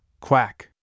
Quack